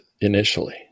initially